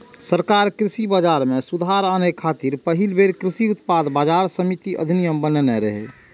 सरकार कृषि बाजार मे सुधार आने खातिर पहिल बेर कृषि उत्पाद बाजार समिति अधिनियम बनेने रहै